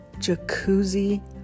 jacuzzi